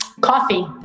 Coffee